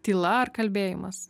tyla ar kalbėjimas